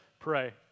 pray